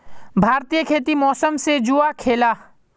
भारतीय खेती मौसम से जुआ खेलाह